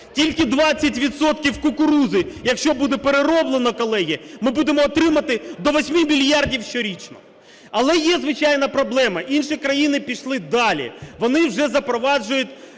відсотків кукурудзи якщо буде перероблено, колеги, ми будемо отримувати до 8 мільярдів щорічно. Але є, звичайно, проблема: інші країни пішли далі, вони вже запроваджують